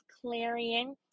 Clarion